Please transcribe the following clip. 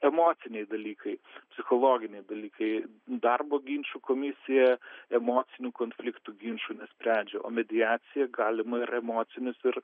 emociniai dalykai psichologiniai dalykai darbo ginčų komisija emocinių konfliktų ginčų nesprendžia o mediacija galima ir emocinius ir